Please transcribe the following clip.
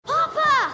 Papa